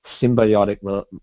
symbiotic